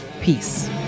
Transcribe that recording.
Peace